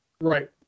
Right